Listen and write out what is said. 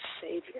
Savior